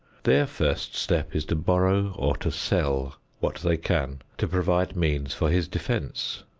their first step is to borrow or to sell what they can to provide means for his defense.